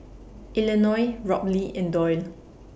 Eleonore Robley and Doyle